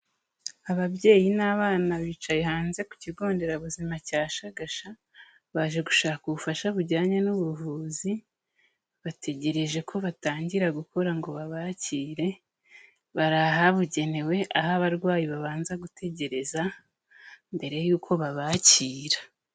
Ababyeyi n'abana bicaye hanze ku kigo nderabuzima cya Shagasha, baje gushaka ubufasha bujyanye n'ubuvuzi, bategereje ko batangira gukora ngo babakire, barahabugenewe aho abarwayi babanza gutegereza mbere y'uko babakira.